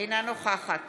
אינה נוכחת